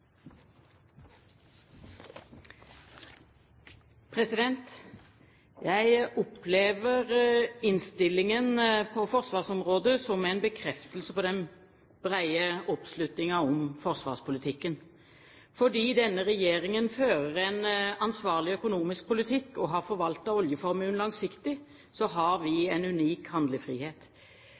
Jeg opplever innstillingen på forsvarsområdet som en bekreftelse på den brede oppslutningen om forsvarspolitikken. Fordi denne regjeringen fører en ansvarlig økonomisk politikk og har forvaltet oljeformuen langsiktig, har vi en unik handlefrihet.